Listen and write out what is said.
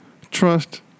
Trust